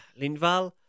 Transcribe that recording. Lindval